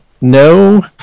no